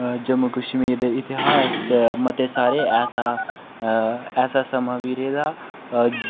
जम्मू कश्मीर दे इतिहास च मते सारे ऐसा ऐसा समां बी रेह् दा आ